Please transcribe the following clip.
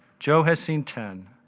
joe has seen ten,